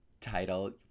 Title